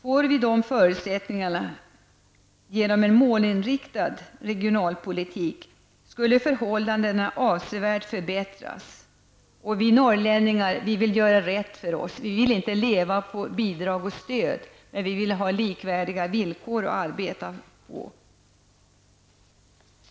Fick vi de förutsättningarna genom en målinriktad regionalpolitik skulle förhållandena avsevärt förbättras. Vi norrlänningar vill göra rätt för oss! Vi vill inte leva på bidrag och stöd, men vi vill ha likvärdiga villkor att arbeta under.